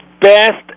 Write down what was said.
best